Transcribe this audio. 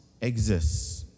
exists